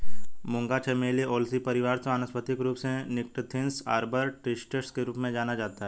मूंगा चमेली ओलेसी परिवार से वानस्पतिक रूप से निक्टेन्थिस आर्बर ट्रिस्टिस के रूप में जाना जाता है